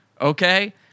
Okay